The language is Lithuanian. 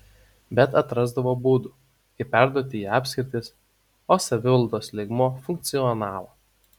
bet atrasdavo būdų kaip perduoti į apskritis o savivaldos lygmuo funkcionavo